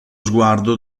sguardo